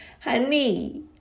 honey